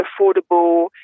affordable